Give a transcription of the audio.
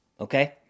Okay